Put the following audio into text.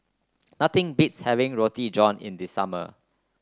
nothing beats having Roti John in the summer